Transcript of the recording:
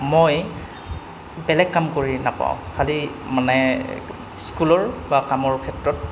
মই বেলেগ কাম কৰি নাপাওঁ খালি মানে স্কুলৰ বা কামৰ ক্ষেত্ৰত